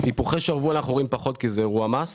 היפוכי שרוול אנחנו רואים פחות כי זה אירוע מס.